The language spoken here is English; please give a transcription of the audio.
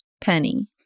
Penny